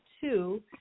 two